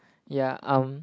yeah um